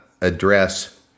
address